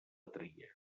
tria